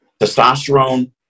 testosterone